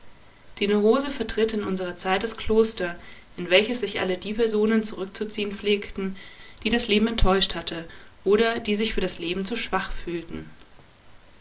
die neurose vertritt in unserer zeit das kloster in welches sich alle die personen zurückzuziehen pflegten die das leben enttäuscht hatte oder die sich für das leben zu schwach fühlten